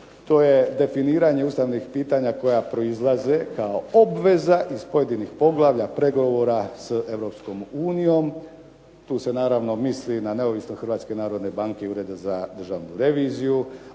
to je definiranje ustavnih pitanja koja proizlaze kao obveza iz pojedinih poglavlja pregovora, sa Europskom unijom, tu se naravno misli na neovisnost Hrvatske narodne banke i Državnog ureda za reviziju,